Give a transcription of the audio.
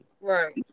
right